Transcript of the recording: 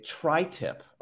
tri-tip